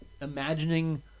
imagining